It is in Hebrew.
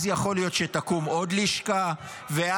אז יכול להיות שתקום עוד לשכה ואז,